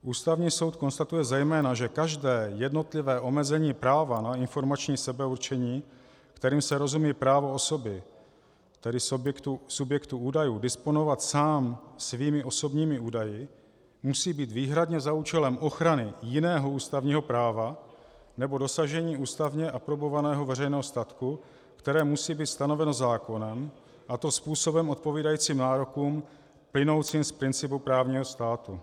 Ústavní soud konstatuje zejména, že každé jednotlivé omezení práva na informační sebeurčení, kterým se rozumí právo osoby, tedy subjektu údajů, disponovat sám svými osobními údaji, musí být výhradně za účelem ochrany jiného ústavního práva nebo dosažení ústavně aprobovaného veřejného statku, které musí být stanoveno zákonem, a to způsobem odpovídajícím nárokům plynoucím z principu právního státu.